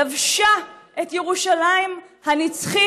לבשה את ירושלים הנצחית,